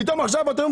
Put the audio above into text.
פתאום עכשיו זה בסדר?